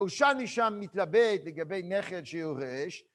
שושני שם מתלבט לגבי נכד שיורש.